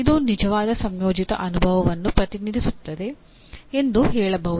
ಇವು ನಿಜವಾದ ಸಂಯೋಜಿತ ಅನುಭವವನ್ನು ಪ್ರತಿನಿಧಿಸುತ್ತವೆ ಎಂದು ಹೇಳಬಹುದು